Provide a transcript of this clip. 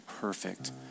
perfect